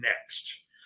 Next